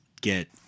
Get